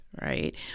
right